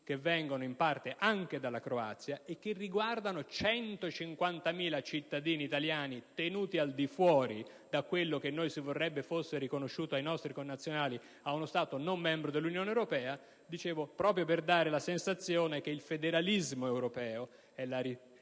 (che vengono in parte anche dalla Croazia e di cui fanno parte 150.000 cittadini italiani, tenuti al di fuori da quello che vorremmo venisse riconosciuto ai nostri connazionali da parte di uno Stato non membro dell'Unione europea) proprio per dare la sensazione che il federalismo europeo è la risposta